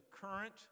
current